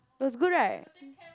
it was good right